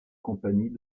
compagnie